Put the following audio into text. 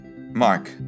Mark